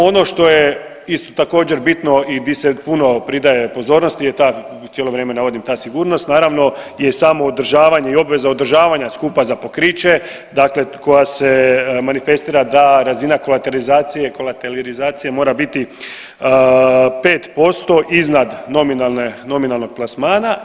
Ono što je isto također bitno i di se puno pridaje pozornosti je ta, cijelo vrijeme navodim ta sigurnost, naravno je i samo održavanje i obveza održavanja skupa za pokriće, dakle koja se manifestira da razina kolaterizacije mora biti 5% iznad nominalnog plasmana.